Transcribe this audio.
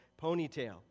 ponytail